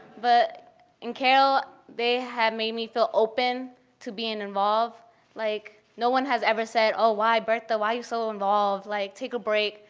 but in carroll, they had made me feel open to being involved. like no one has ever said, oh, why, bertha, why are you so involved, like, take a break.